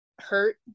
hurt